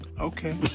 Okay